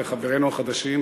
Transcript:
לחברינו החדשים,